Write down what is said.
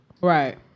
right